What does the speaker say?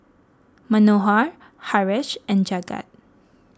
Manohar Haresh and Jagat